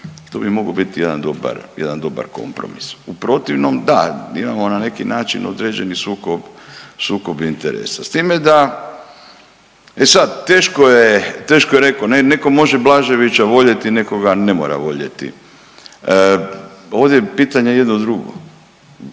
jedan dobar, jedan dobar kompromis. U protivnom, da, imamo na neki način određeni sukob interesa, s time da, e sad, teško je, teško je rekao, netko može Blaževića voljeti, netko ga ne mora voljeti. Ovdje je pitanje jedno drugo.